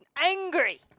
angry